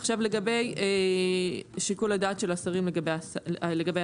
עכשיו לגבי שיקול הדעת של השרים לגבי הצו,